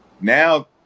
Now